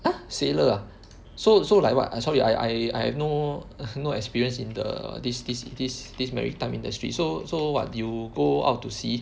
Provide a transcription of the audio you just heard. !huh! sailor ah so so like what sorry I I have no no experience in the this this this this maritime industry so so what do you go out to sea